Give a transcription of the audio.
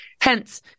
Hence